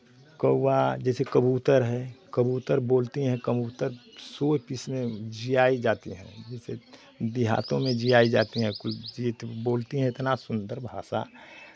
कौवा जैसे कबूतर है कबूतर बोलते है कबूतर शो पीस में जिआए जाते हैं जैसे देहातों में जिआए जाते हैं बोलती हैं इतना सुंदर भाषा